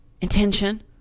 Intention